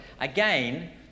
Again